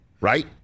right